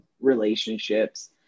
relationships